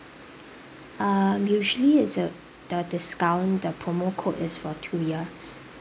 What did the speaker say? uh usually as a the discount the promo code is for two years